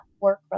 work